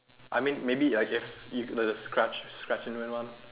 I mean maybe like if the scratch scratch and win one